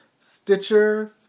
Stitcher